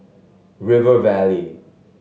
River Valley